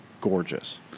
gorgeous